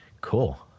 Cool